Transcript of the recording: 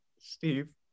steve